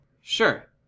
Sure